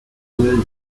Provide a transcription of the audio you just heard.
will